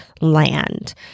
land